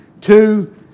Two